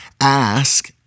ask